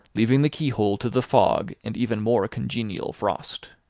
leaving the keyhole to the fog and even more congenial frost.